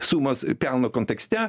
sumos pelno kontekste